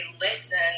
listen